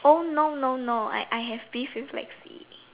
oh no no no I I have beef with Lexi